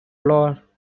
lore